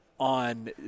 On